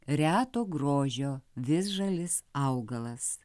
reto grožio visžalis augalas